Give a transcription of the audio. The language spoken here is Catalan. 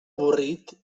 avorrit